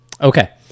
Okay